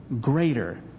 greater